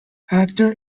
actor